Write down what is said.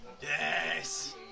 Yes